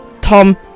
Tom